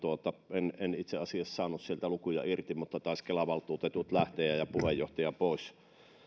en en itse asiassa saanut sieltä lukuja irti taisivat kelan valtuutetut ja ja puheenjohtaja lähteä